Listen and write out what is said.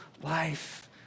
life